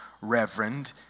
reverend